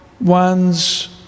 one's